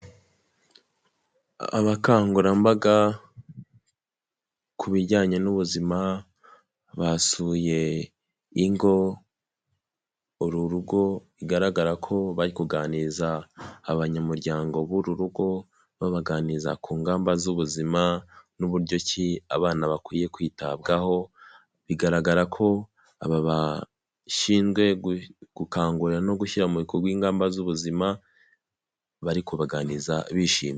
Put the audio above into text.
Abakangurambaga ku bijyanye n'ubuzima, basuye ingo, uru rugo bigaragara ko bari kuganiriza abanyamuryango b'uru rugo babaganiriza ku ngamba z'ubuzima n'uburyo ki abana bakwiye kwitabwaho, bigaragara ko aba bashinzwe gukangurira no gushyira mu bikorwa ingamba z'ubuzima, bari kubaganiriza bishimye.